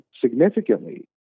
significantly